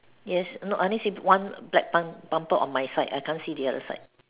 yes no I only see one black bun bumper on my side I can't see the other side